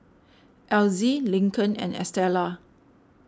Elzy Lincoln and Estela